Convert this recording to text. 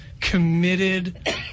Committed